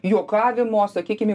juokavimo sakykim